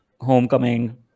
homecoming